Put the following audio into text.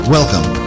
Welcome